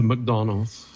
McDonald's